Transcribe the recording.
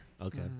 Okay